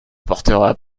apportera